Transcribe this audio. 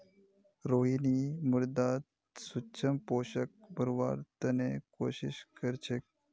रोहिणी मृदात सूक्ष्म पोषकक बढ़व्वार त न कोशिश क र छेक